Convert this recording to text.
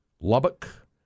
Lubbock